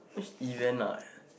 even like